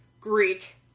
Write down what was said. Greek